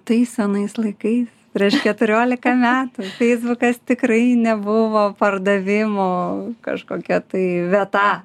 tais senais laikais prieš keturiolika metų feisbukas tikrai nebuvo pardavimų kažkokia tai vieta